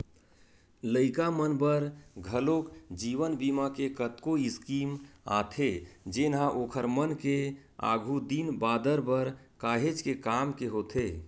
लइका मन बर घलोक जीवन बीमा के कतको स्कीम आथे जेनहा ओखर मन के आघु दिन बादर बर काहेच के काम के होथे